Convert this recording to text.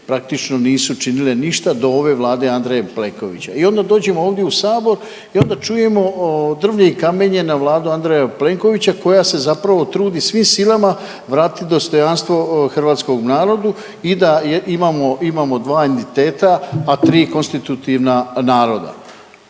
praktično nisu činile ništa do ove vlade Andreja Plenkovića i onda dođemo ovdje u sabor i onda čujemo drvlje i kamenje na vladu Andreja Plenkovića koja se zapravo trudi svim silama vratiti dostojanstvo hrvatskom narodu i da imamo, imamo dva entiteta, a 3 konstitutivna naroda.